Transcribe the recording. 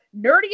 nerdy